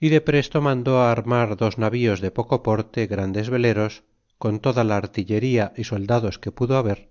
y de presto mandó armar dos na vis de poco porte grandes veleros con toda la artillería y soldados que pudo haber